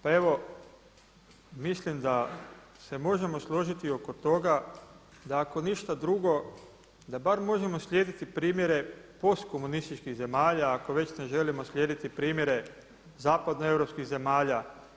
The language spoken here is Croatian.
Pa evo, mislim da se možemo složiti oko toga da ako ništa drugo da bar možemo slijediti primjere postkomunističkih zemalja ako već ne želimo slijediti primjere zapadnoeuropskih zemalja.